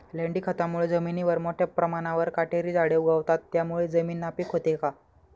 लेंडी खतामुळे जमिनीवर मोठ्या प्रमाणावर काटेरी झाडे उगवतात, त्यामुळे जमीन नापीक होते का?